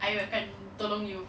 I akan tolong you